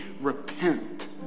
repent